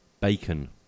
Bacon